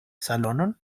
salonon